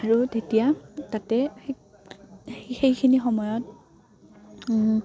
আৰু তেতিয়া তাতে সেইখিনি সময়ত